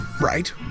Right